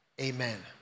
Amen